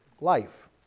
life